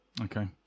Okay